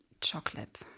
chocolate